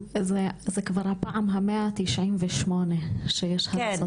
זאת כבר הפעם ה-198 שיש הריסות